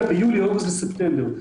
ביולי, אוגוסט וספטמבר.